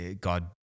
God